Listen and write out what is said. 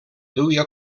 duia